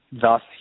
thus